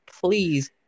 Please